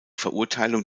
verurteilung